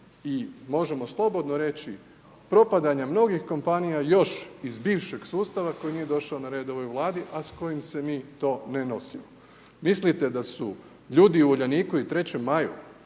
i možemo slobodno reći, propadanje mnogih kompanija još iz bivšeg sustava, koji nije došao na red u ovoj Vladi, a s kojim se mi to ne nosimo? Mislite da su ljudi u Uljaniku i Trećem maju